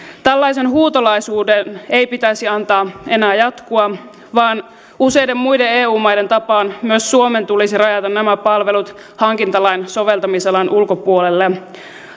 tällaisen huutolaisuuden ei pitäisi antaa enää jatkua vaan useiden muiden eu maiden tapaan myös suomen tulisi rajata nämä palvelut hankintalain soveltamisalan ulkopuolelle